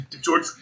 George